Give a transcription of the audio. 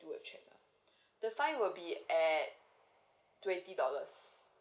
do a check ah the fine will be at twenty dollars